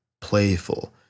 playful